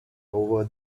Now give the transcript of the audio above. over